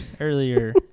earlier